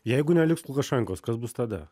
jeigu neliks lukašenkos kas bus tada